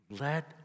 let